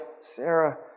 Sarah